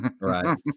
Right